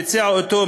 כשהיא הציעה אותו,